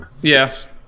Yes